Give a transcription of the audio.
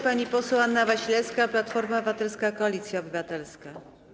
Pani poseł Anna Wasilewska, Platforma Obywatelska - Koalicja Obywatelska.